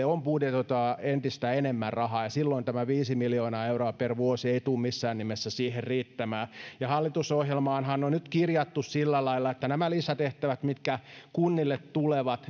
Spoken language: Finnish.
on budjetoitava entistä enemmän rahaa ja silloin tämä viisi miljoonaa euroa per vuosi ei tule missään nimessä siihen riittämään hallitusohjelmaanhan on nyt kirjattu sillä lailla että nämä lisätehtävät mitkä kunnille tulevat